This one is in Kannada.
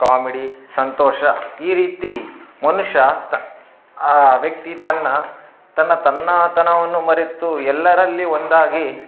ಕಾಮಿಡಿ ಸಂತೋಷ ಈ ರೀತಿ ಮನುಷ್ಯ ತ ಆ ವ್ಯಕ್ತಿ ತನ್ನ ತನ್ನ ತನ್ನಾತನವನ್ನು ಮರೆತು ಎಲ್ಲರಲ್ಲಿ ಒಂದಾಗಿ